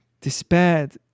despaired